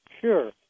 Sure